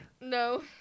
No